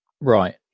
Right